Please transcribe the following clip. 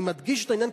אני מדגיש את העניין,